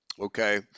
okay